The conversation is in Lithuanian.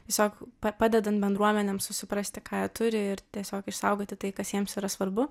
tiesiog padedant bendruomenėm susiprasti ką jie turi ir tiesiog išsaugoti tai kas jiems yra svarbu